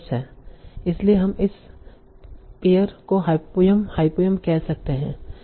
इसलिए हम इस पेअर को हायपोंयम हायपोंयम केह सकते हैं